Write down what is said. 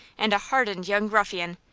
and, a hardened young ruffian,